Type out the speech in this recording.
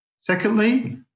secondly